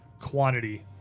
quantity